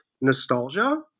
nostalgia